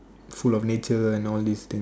full of nature and all these thing